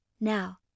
Now